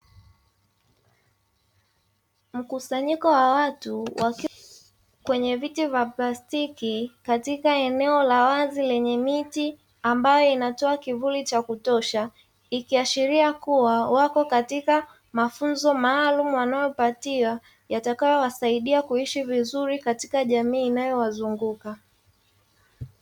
Mkusanyiko wa watu wakiwa kwenye viti vya plastiki katika eneo la wazi lenye miti ambayo inatoa kivuli cha kutosha, ikiashiria kuwa wako katika mafunzo maalumu wanayopatiwa yatakayowasaidia kuishi vizuri katika jamii inayowazunguka.